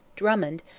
drummond,